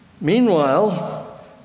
Meanwhile